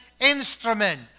instrument